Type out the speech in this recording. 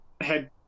head